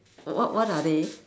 wh~ what are they